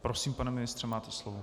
Prosím, pane ministře, máte slovo.